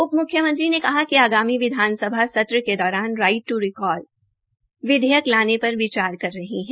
उपमुख्यमंत्री ने कहा कि आगामी विधानसभा सत्र के दौरान राईट टू कॉल विधेयक लाने पर विचार कर रहे है